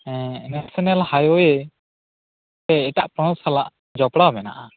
ᱦᱮᱸ national highway ᱛᱮ ᱮᱴᱟᱜ ᱯᱚᱱᱚᱛ ᱥᱟᱞᱟᱜ ᱡᱚᱯᱲᱟᱣ ᱢᱮᱱᱟᱜ ᱟ